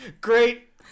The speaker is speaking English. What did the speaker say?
great